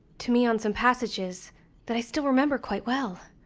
to me on some passages that i still remember quite well.